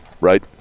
right